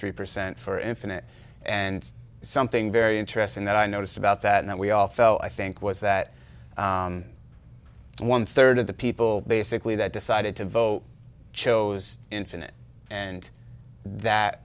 three percent for infinite and something very interesting that i noticed about that we all fell i think was that one third of the people basically that decided to vote chose infinite and that